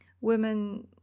women